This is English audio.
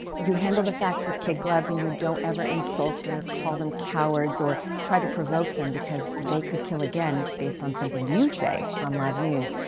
you handle the facts with kid gloves, and you don't ever insult or call them cowards or try to provoke them because they could kill again based on something you say on live news.